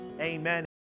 amen